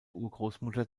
urgroßmutter